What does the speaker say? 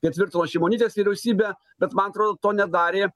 kai tvirtino šimonytės vyriausybę bet man atrodo to nedarė